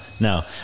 No